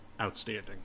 outstanding